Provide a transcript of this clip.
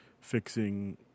fixing